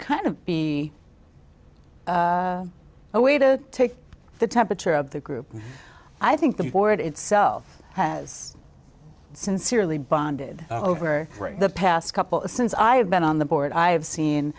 kind of be a way to take the temperature of the group i think the board itself has sincerely bonded over the past couple of since i've been on the board i have seen